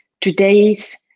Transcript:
Today's